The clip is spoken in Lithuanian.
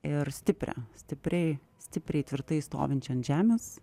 ir stiprią stipriai stipriai tvirtai stovinčią ant žemės